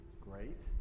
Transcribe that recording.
great